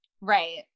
Right